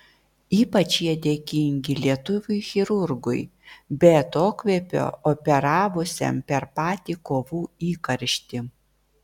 ypač jie dėkingi lietuviui chirurgui be atokvėpio operavusiam per patį kovų įkarštį